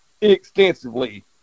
extensively